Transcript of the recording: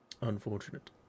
Unfortunate